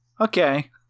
okay